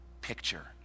picture